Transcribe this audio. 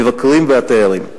המבקרים והתיירים.